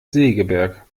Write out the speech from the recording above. segeberg